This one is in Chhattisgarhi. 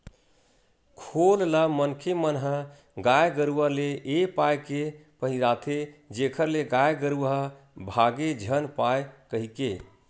खोल ल मनखे मन ह गाय गरुवा ले ए पाय के पहिराथे जेखर ले गाय गरुवा ह भांगे झन पाय कहिके